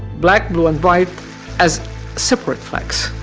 black, blue and white as separate flags,